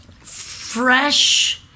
fresh